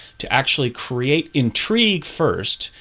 to actually create intrigue first,